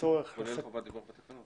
כולל חובת דיווח בתקנות?